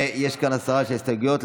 ויש כאן הסרה של הסתייגויות.